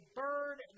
bird